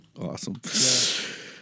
Awesome